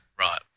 right